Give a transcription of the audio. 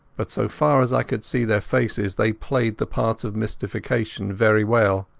but so far as i could see their faces, they played the part of mystification very well.